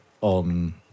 on